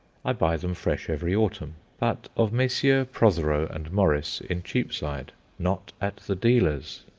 i buy them fresh every autumn but of messrs. protheroe and morris, in cheapside not at the dealers'.